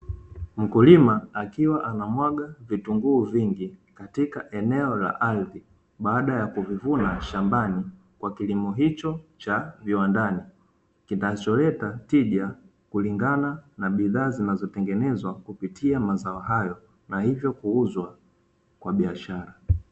Mkulima akiwa anamwaga vitunguu vingi, katika eneo la ardhi, baada ya kuvivuna shambani, kwa kilimo hicho cha viwandani, kinacholeta tija kulingana na bidhaa zinaazotengenezwa kupitia mazao hayo, na hivyo kuuzwa kwa biashara.